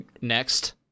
next